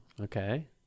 Okay